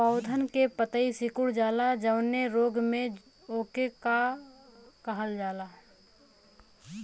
पौधन के पतयी सीकुड़ जाला जवने रोग में वोके का कहल जाला?